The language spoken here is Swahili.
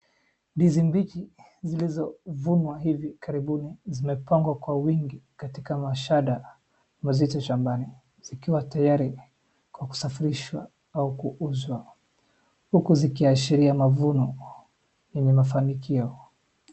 Ndizi mbichi zilizovunwa hivi karibuni zimepangwa kwa wingi katika mashada mazito shambani zikiwa tayari kwa kusafirishwa au kuuzwa uku zikiashiria mavuno yenye mafanikio.